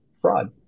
fraud